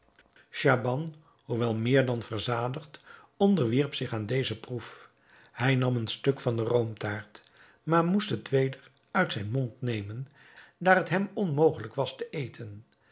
schaban hoewel meer dan verzadigd onderwierp zich aan deze proef hij nam een stuk van de roomtaart maar moest het weder uit zijn mond nemen daar het hem onmogelijk was het te eten